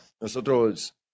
nosotros